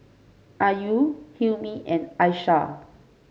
Ayu Hilmi and Aishah